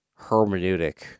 hermeneutic